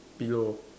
pillow